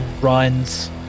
runs